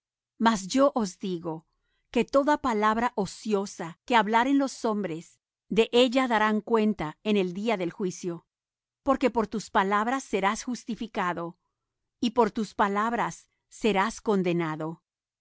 mas yo os digo que toda palabra ociosa que hablaren los hombres de ella darán cuenta en el día del juicio porque por tus palabras serás justificado y por tus palabras serás condenado